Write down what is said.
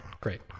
great